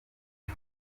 byo